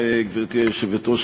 גברתי היושבת-ראש,